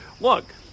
Look